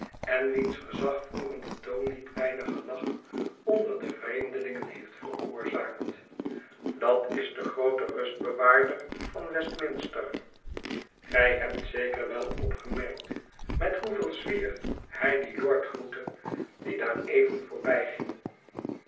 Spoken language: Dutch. en wiens gezagvoerende toon niet weiiiig gelach onder de vreemdelingen heeft veroorzaakt dat is de groote rustbewaarder van westminster gij hebt zeker wel opgemerkt met hoeveel zwier hij dien lord groette die daar even